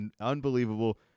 unbelievable